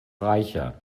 reicher